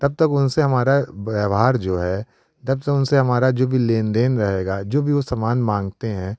तब तक उनसे हमारा व्यवहार जो है तब तक उनसे हमारा जो भी लेन देन रहेगा जो भी वो सामान मांगते हैं